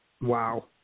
Wow